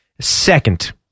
Second